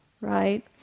Right